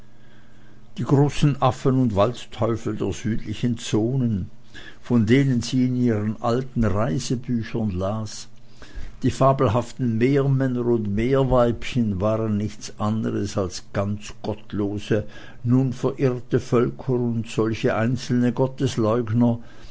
die großen affen und waldteufel der südlichen zonen von denen sie in ihren alten reisebüchern las die fabelhaften meermänner und meerweibchen waren nichts anderes als ganze gottlose nun vertierte völker oder solche einzelne